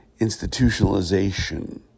institutionalization